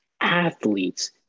athletes